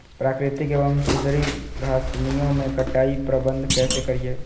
प्राकृतिक एवं सुधरी घासनियों में कटाई प्रबन्ध कैसे करीये?